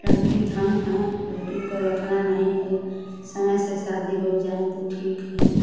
लड़की धन है बेटी को रखना नहीं है समय से शादी हो जाए तो ठीक है